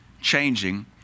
changing